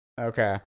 Okay